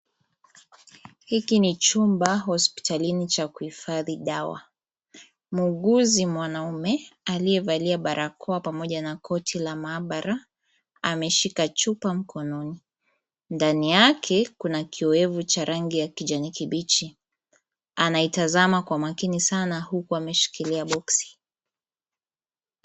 Hiki ni chumba hospitalini cha kuhifadhi dawa. Muuguzi mwanaume aliyevalia barakoa pamoja na koti la maabara ameshika chupa mkononi. Ndani yake kuna kioevu cha rangi ya kijani kibichi. Anaitazama kwa makini sana huku ameshikilia boksi.